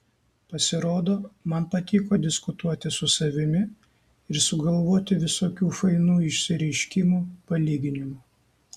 pasirodo man patiko diskutuoti su savimi ir sugalvoti visokių fainų išsireiškimų palyginimų